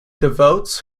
devotes